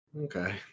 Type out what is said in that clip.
okay